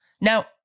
Now